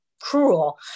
cruel